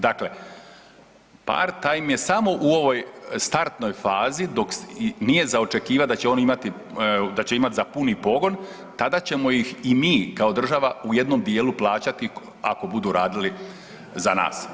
Dakle, part time je samo u ovoj startnoj fazi dok nije za očekivati da će oni imati, da će imati za puni pogon, tada ćemo ih i mi kao država u jednom dijelu plaćati ako budu radili za nas.